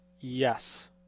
Yes